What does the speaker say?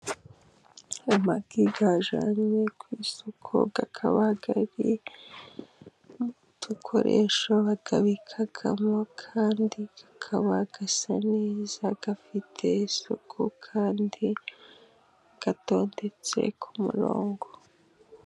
Amagi yajyanwe ku isoko， akaba ari mu dukoresho bayabikamo，kandi akaba asa neza，afite isuku，kandi atondetse ku murongo.